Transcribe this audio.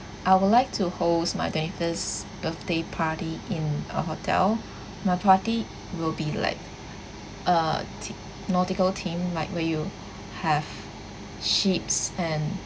I would like to host my twenty first birthday party in a hotel my party will be like uh tic~ nautical theme like where will have ships and